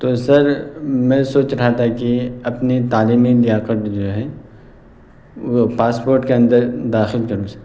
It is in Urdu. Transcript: تو سر میں سوچ رہا تھا کہ اپنی تعلیمی لیاقت جو ہے وہ پاسپوٹ کے اندر داخل کروں سر